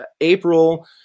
April